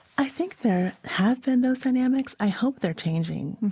i think there have been those dynamics. i hope they're changing.